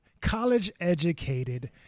college-educated